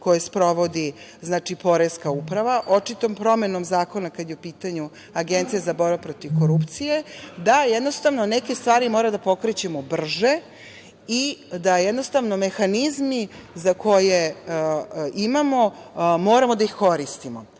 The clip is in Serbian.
koji sprovodi Poreska uprava, očitom promenom zakona, kada je u pitanju Agencija za borbu protiv korupcije da jednostavno neke stvari moramo da pokrećemo brže i da jednostavno mehanizmi koje imamo moramo da ih koristimo. Ono